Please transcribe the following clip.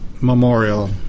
memorial